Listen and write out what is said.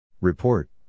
Report